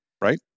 Right